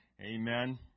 Amen